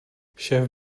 šéf